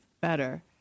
better